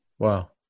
Wow